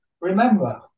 remember